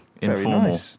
informal